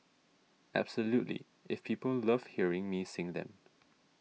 absolutely if people love hearing me sing them